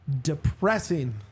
depressing